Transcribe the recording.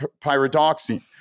pyridoxine